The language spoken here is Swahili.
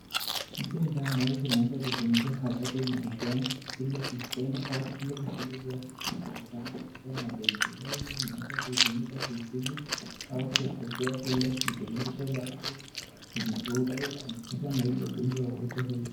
Hizi ni dawa ambazo zinaweza kutumika wakati ambao uanfanya ile kitendo au kile kitendo cah kufanya katika mapenzi. Dawa hizi zinaweza kuitubu au kukupea ile utiriko utake kuambukizwa na ule ugonjwa wowote ule.